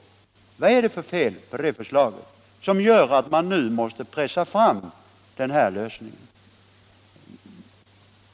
Vad är det för fel på det förslaget som gör att man nu måste pressa fram den här lösningen?